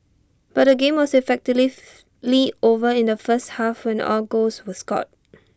but the game was effectively over in the first half when all goals were scored